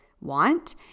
want